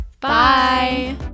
Bye